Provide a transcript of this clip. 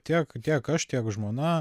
tiek tiek aš tiek žmona